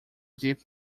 deep